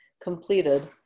completed